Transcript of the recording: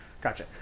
Gotcha